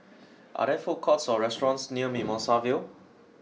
are there food courts or restaurants near Mimosa Vale